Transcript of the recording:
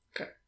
Okay